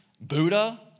Buddha